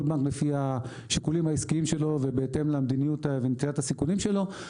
כל בנק לפי השיקולים העסקיים שלו ובהתאם למדיניות הסיכונים שלו,